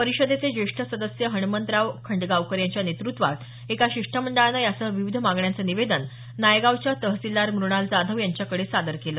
परिषदेचे ज्येष्ठ सदस्य हणमंत राव खंडगावकर यांच्या नेतृत्वात एका शिष्टमंडळानं यासह विविध मागण्यांचं निवेदन नायगावच्या तहसीलदार मूणाल जाधव यांच्याकडे सादर केलं